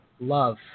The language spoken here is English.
love